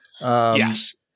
Yes